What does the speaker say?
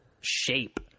shape